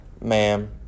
ma'am